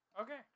Okay